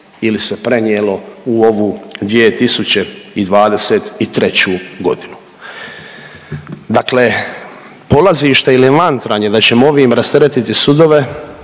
ili se prenijelo u ovu 2023.g.. Dakle polazište ili mantranje da ćemo ovim rasteretiti sudove,